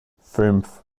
fünf